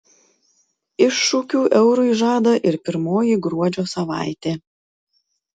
iššūkių eurui žada ir pirmoji gruodžio savaitė